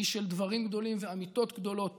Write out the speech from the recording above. איש של דברים גדולים ואמיתות גדולות